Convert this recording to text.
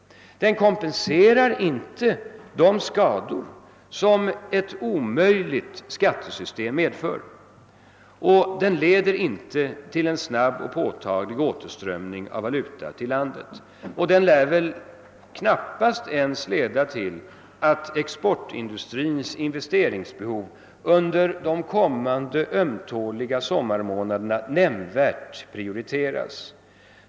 Den kompenserar inte de skador, som ett omöjligt skattesystem medför, och den leder inte till en snabb och påtaglig återströmning av valuta till landet. Och den lär väl knappast ens leda till att exportindustrins investeringsbehov under de kommande ömtåliga sommarmånaderna nämnvärt prioriteras.